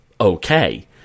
okay